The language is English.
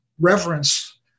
reverence